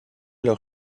leurs